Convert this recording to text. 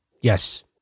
Yes